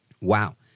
Wow